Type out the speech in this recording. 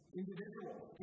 individuals